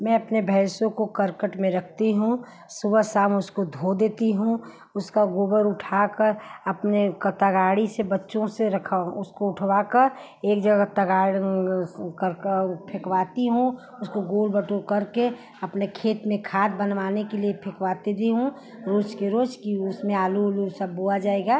मैं अपने भैंसों को करकट में रखती हूँ सुबह शाम उसको धो देती हूँ उसका गोबर उठाकर अपने का तगाड़ी से बच्चों से रखा उसको उठवाकर एक जगह तगाड़ कर कर फेंकवाती हूँ उसको गोल बटोर करके अपने खेत में खाद बनवाने के लिए फेंकवा देती हूँ रोज का रोज कि उसमें आलू वालू सब बोआ जाएगा